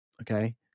Okay